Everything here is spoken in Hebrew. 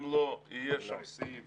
אם לא יהיה שם סעיף